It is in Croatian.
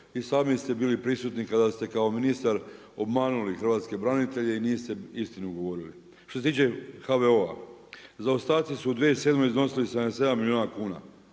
i sami ste bili prisutni kada ste kao ministar obmanuli hrvatske branitelje i niste istinu govorili. Što se tiče HVO-a, zaostaci su u 2007. iznosili 77 milijuna kuna,